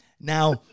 Now